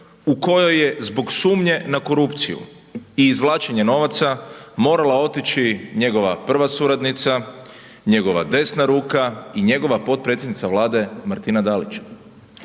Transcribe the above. u kojoj je zbog sumnje na korupciju i izvlačenje novaca morala otići njegova prva suradnica, njegova desna ruka i njegova potpredsjednica Vlade Martina Dalić.